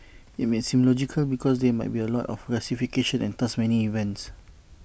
IT may seem logical because there might be A lot of classifications and thus many events